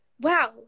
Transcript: wow